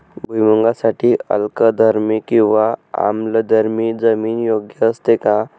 भुईमूगासाठी अल्कधर्मी किंवा आम्लधर्मी जमीन योग्य असते का?